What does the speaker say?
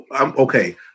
Okay